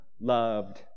loved